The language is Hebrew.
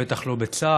בטח לא בצה"ל